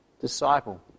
disciple